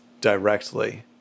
directly